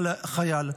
חייל.